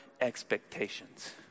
expectations